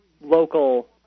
local